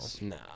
no